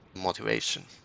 motivation